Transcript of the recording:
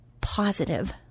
positive